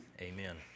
Amen